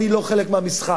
אני לא חלק מהמשחק.